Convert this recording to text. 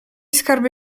skarby